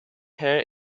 her